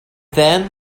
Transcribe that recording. then